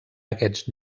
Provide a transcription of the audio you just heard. aquests